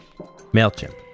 MailChimp